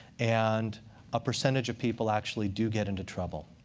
and a percentage of people actually do get into trouble.